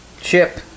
Chip